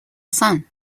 son